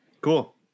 cool